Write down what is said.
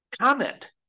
comment